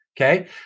okay